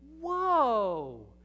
whoa